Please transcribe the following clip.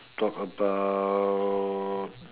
talk about